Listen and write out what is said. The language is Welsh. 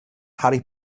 harry